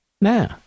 Now